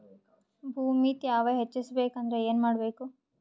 ಭೂಮಿ ತ್ಯಾವ ಹೆಚ್ಚೆಸಬೇಕಂದ್ರ ಏನು ಮಾಡ್ಬೇಕು?